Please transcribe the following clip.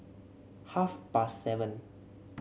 half past seven